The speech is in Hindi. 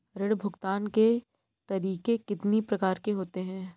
ऋण भुगतान के तरीके कितनी प्रकार के होते हैं?